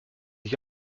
ich